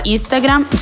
Instagram